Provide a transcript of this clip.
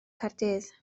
caerdydd